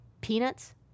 Peanuts